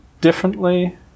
differently